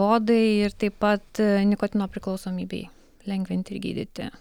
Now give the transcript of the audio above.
odai ir taip pat nikotino priklausomybei lengvinti ir gydyti